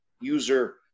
user